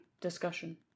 discussion